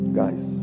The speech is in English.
guys